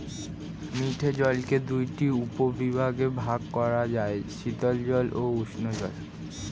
মিঠে জলকে দুটি উপবিভাগে ভাগ করা যায়, শীতল জল ও উষ্ঞ জল